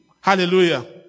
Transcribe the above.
Hallelujah